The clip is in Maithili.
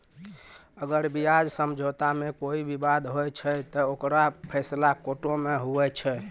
अगर ब्याज समझौता मे कोई बिबाद होय छै ते ओकरो फैसला कोटो मे हुवै छै